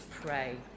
pray